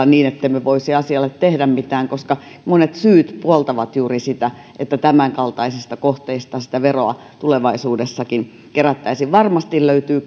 niin ettemme voisi asialle tehdä mitään koska monet syyt puoltavat juuri sitä että tämän kaltaisista kohteista sitä veroa tulevaisuudessakin kerättäisiin varmasti löytyy